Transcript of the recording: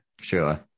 sure